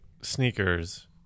sneakers